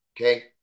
Okay